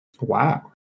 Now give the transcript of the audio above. Wow